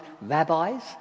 rabbis